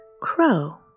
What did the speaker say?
Crow